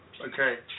Okay